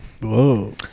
Whoa